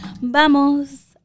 Vamos